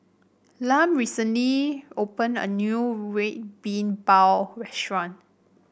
Lum recently opened a new Red Bean Bao restaurant